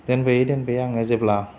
दोनबोयै दोनबोयै आङो जेब्ला